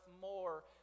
more